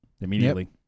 immediately